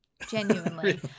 Genuinely